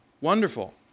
Wonderful